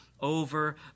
over